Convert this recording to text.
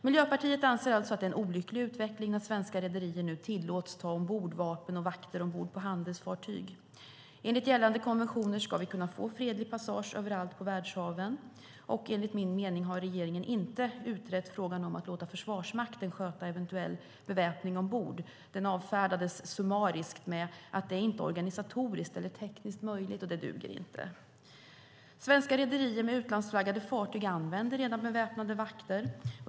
Miljöpartiet anser alltså att det är en olycklig utveckling att svenska rederier nu tillåts ta ombord vapen och vakter på handelsfartyg. Enligt gällande konventioner ska vi kunna få fredlig passage överallt på världshaven, och enligt min mening har regeringen inte utrett frågan om att låta Försvarsmakten sköta eventuell beväpning ombord. Den avfärdades summariskt med att det inte är organisatoriskt eller tekniskt möjligt, och det duger inte. Svenska rederier med utlandsflaggade fartyg använder redan beväpnade vakter.